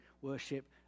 worship